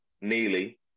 nearly